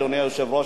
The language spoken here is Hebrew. אדוני היושב-ראש,